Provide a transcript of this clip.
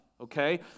Okay